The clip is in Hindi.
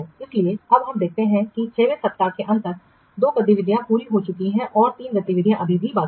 इसलिए अब हमने देखा है कि 6 सप्ताह के अंत तक दो गतिविधियाँ पूरी हो चुकी हैं और तीन गतिविधियाँ अभी भी अधूरी हैं